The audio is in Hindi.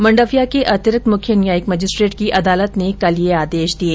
मंडफिया के अतिरिक्त मुख्य न्यायिक मजिस्ट्रेट की अदालत ने कल ये आदेश दिये